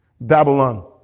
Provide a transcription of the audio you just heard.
Babylon